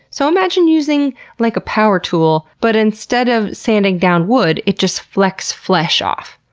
so, imagine using like a power tool but instead of sanding down wood, it just flecks flesh off.